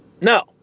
no